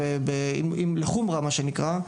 לחומרה מה שנקרא,